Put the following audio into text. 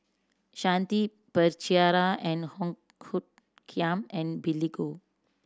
Shanti Pereira and Kiam and Billy Koh